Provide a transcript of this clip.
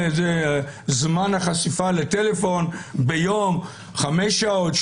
זמן החשיפה לטלפון ביום הוא חמש שעות,